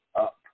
up